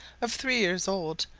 of three years old,